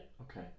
okay